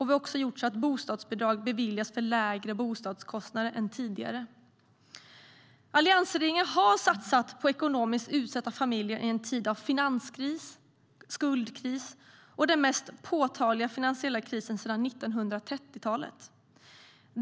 Vi har också gjort så att bostadsbidrag beviljas för lägre bostadskostnader än tidigare. Alliansregeringen har satsat på ekonomiskt utsatta familjer i en tid av finanskris, skuldkris och den mest påtagliga finansiella krisen sedan 1930-talet.